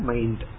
Mind